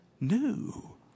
new